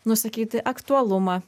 nusakyti aktualumą